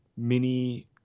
mini